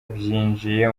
byinjiye